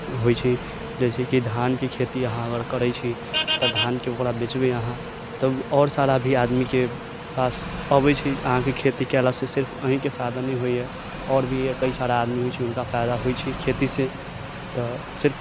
होइ छै जैसे की धान के खेती अहाँ अगर करै छी तऽ धान के ओकरा बेचबै अहाँ तब आओर सारा भी आदमी के पास अबै छै अहाँके खेती केला से सिर्फ अहींकेॅं फायदा नहि होइया आओर भी कई सारा आदमी होइ छै हुनका फायदा होइ छै खेती सऽ तऽ सिर्फ